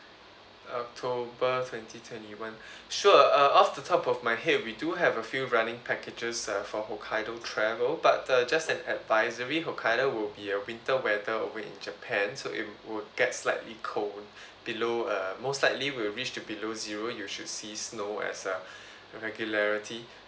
october twenty twenty one sure uh off the top of my head we do have a few running packages uh for hokkaido travel but uh just an advisory hokkaido will be a winter weather over in japan so it would get slightly cold below uh most likely will reach to below zero you should see snow as uh regularity